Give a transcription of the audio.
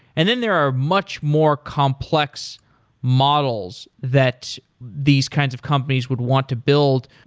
and then there are much more complex models that these kinds of companies would want to build.